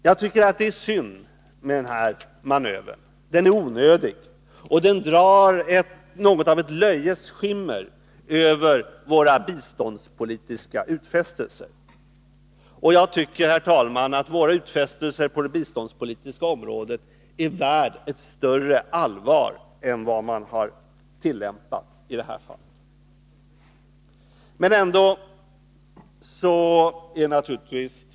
Jag tycker att det är synd med denna manöver. Den är onödig, och den drar något av ett löjets skimmer över våra biståndspolitiska utfästelser. Och jag tycker att våra utfästelser på det biståndspolitiska området är värda att behandlas med större allvar än vad man har tillmätt dem i det här fallet.